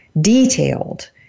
detailed